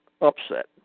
upset